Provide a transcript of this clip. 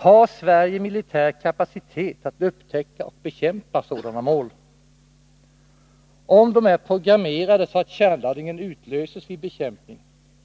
Har Sverige militär kapacitet att upptäcka och bekämpa sådana mål? Om de är programmerade så att kärnladdningen utlöses vid bekämpning,